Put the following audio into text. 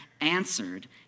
answered